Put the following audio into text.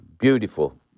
Beautiful